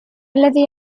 الذي